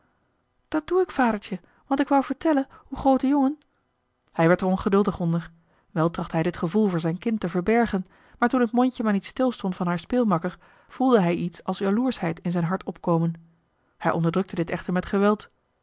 dat doe ik vadertje want ik wou vertellen hoe groote jongen hij werd er ongeduldig onder wel trachtte hij dit gevoel voor zijn kind te verbergen maar toen het mondje maar niet stil stond van haar speelmakker voelde hij iets als jaloerschheid in zijn hart opkomen hij onderdrukte dit echter met geweld